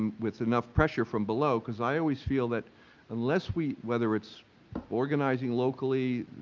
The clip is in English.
and with enough pressure from below, because i always feel that unless we, whether it's organizing locally,